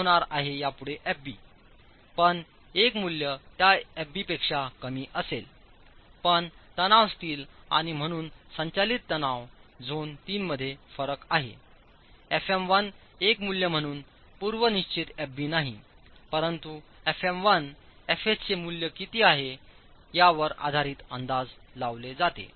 तो होणार आहे यापुढेFb पण एक मूल्य त्या Fb पेक्षा कमी असेल पण तणाव स्टील आणि म्हणून संचालित तणाव झोन 3 मध्ये फरक आहे fm1 एक मूल्य म्हणून पूर्वनिश्चित Fb नाही परंतु fm1 Fs चे मूल्य किती आहे यावर आधारित अंदाज लावले जाते